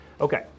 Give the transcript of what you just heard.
Okay